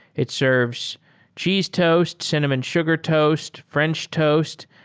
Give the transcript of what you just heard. it serves cheese toast, cinnamon sugar toast, french toast.